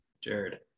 Jared